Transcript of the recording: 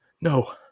no